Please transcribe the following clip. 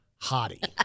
hottie